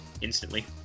instantly